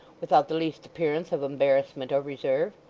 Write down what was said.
without the least appearance of embarrassment or reserve,